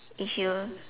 if you